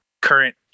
current